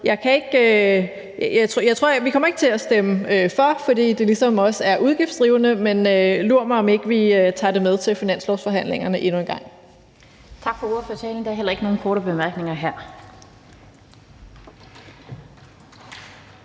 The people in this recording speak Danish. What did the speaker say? Vi kommer ikke til at stemme for, fordi det ligesom også er udgiftsdrivende, men lur mig, om ikke vi tager det med til finanslovsforhandlingerne endnu en gang.